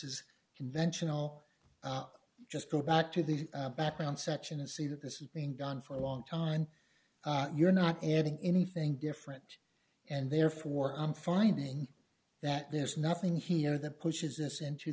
is conventional just go back to the background section and see that this is being done for a long time and you're not adding anything different and therefore i'm finding that there's nothing here that pushes this into